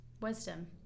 wisdom